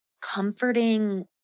comforting